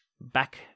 back